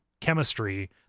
chemistry